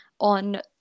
on